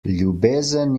ljubezen